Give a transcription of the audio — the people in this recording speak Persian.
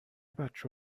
بچه